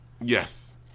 Yes